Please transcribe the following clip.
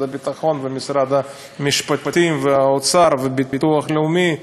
הביטחון ומשרד המשפטים והאוצר וביטוח לאומי.